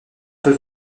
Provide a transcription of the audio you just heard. peut